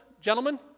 gentlemen